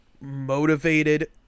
motivated